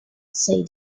said